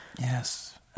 Yes